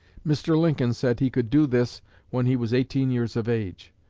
mr. lincoln said he could do this when he was eighteen years of age,